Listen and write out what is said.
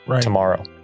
tomorrow